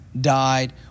died